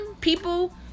People